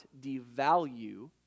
devalue